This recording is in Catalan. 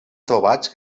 trobats